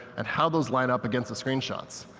and how those line up against the screenshots.